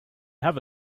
have